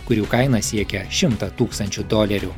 kurių kaina siekia šimtą tūkstančių dolerių